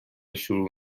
شروع